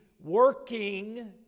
working